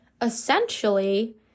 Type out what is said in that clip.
Essentially